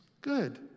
Good